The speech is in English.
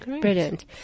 brilliant